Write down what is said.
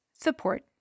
support